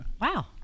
Wow